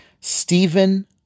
Stephen